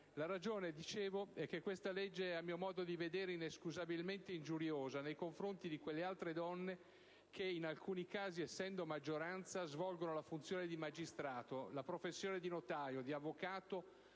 istituzione del mio Paese), è, a mio modo di vedere, inescusabilmente ingiuriosa nei confronti di quelle altre donne che, in alcuni casi essendo maggioranza, svolgono la funzione di magistrato, la professione di notaio, di avvocato,